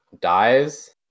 dies